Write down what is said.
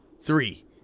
three